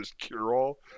cure-all